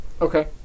Okay